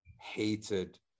hated